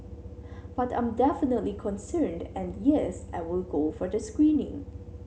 but I'm definitely concerned and yes I will go for the screening